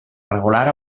regular